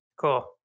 Cool